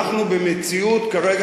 אנחנו במציאות כרגע,